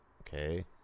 okay